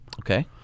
Okay